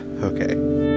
okay